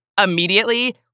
immediately